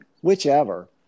whichever